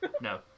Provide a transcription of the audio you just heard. No